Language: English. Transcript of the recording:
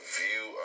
view